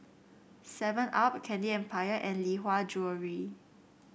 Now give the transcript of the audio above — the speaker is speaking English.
Seven Up Candy Empire and Lee Hwa Jewellery